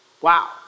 Wow